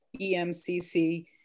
EMCC